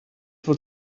what